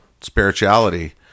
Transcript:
spirituality